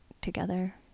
together